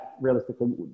realistically